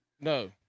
No